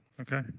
Okay